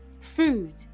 food